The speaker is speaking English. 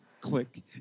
Click